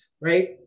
right